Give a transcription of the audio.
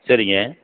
சரிங்க